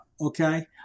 Okay